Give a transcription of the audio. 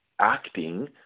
acting